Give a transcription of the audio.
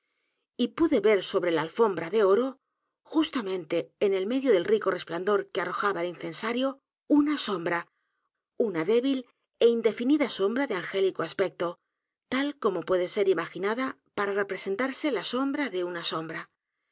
y pude ver sobre la alfombra de oro justamente en el medio del rico resplandor que arrojaba el incensario una sombra una débil é indefinida sombra de angélico aspecto tal como puede ser imaginada para representarse la sombra de una sombra